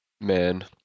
Man